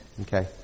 okay